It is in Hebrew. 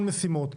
משימות,